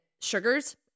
sugars